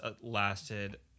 lasted